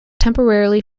temporarily